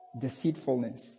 deceitfulness